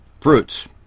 fruits